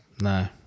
No